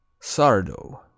Sardo